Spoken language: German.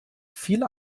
viel